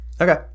Okay